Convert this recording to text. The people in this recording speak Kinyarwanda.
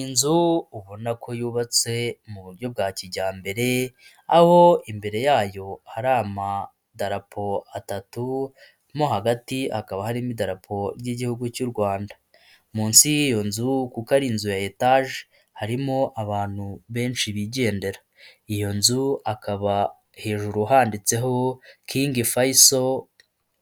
Inzu ubona ko yubatse mu buryo bwa kijyambere aho imbere yayo hari amadarapo atatu mo hagati hakaba harimodarapo by'igihugu cy'u Rwanda munsi y'iyo nzu kuko ari inzu ya etage harimo abantu benshi bigendera, iyo nzu ikaba hejuru handitseho kingi fayiso